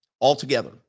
altogether